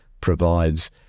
provides